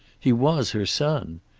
he was her son.